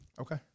Okay